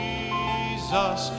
Jesus